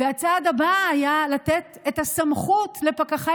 הצעד הבא היה לתת את הסמכות לפקחי